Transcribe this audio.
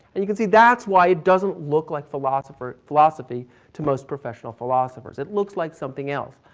and you can see that's why it doesn't look like philosopher, philosophy to most professional philosophers. it looks like something else.